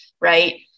right